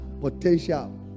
Potential